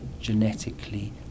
genetically